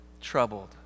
Troubled